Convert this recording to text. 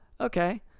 Okay